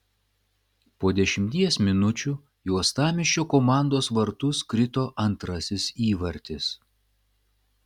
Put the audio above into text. po dešimties minučių į uostamiesčio komandos vartus krito antrasis įvartis